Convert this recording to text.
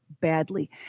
badly